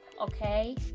okay